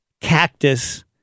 cactus